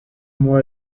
mois